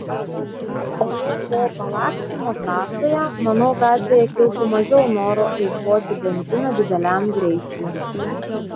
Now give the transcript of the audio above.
o jau po palakstymo trasoje manau gatvėje kiltų mažiau noro eikvoti benziną dideliam greičiui